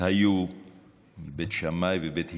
היו בית שמאי ובית הלל.